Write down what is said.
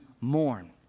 mourn